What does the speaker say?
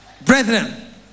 Brethren